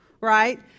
right